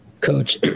Coach